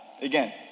Again